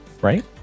right